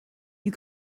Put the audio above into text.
you